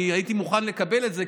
הייתי מוכן לקבל את זה,